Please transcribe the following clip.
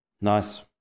nice